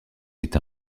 est